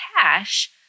cash